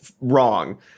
wrong